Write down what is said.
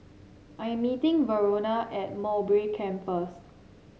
I am meeting Verona at Mowbray Camp first